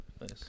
Nice